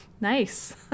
Nice